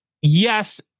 Yes